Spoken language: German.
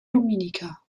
dominica